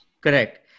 Correct